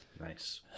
nice